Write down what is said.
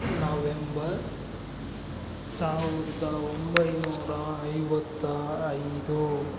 November ಸಾವಿರ್ದ ಒಂಬೈನೂರ ಐವತ್ತ ಐದು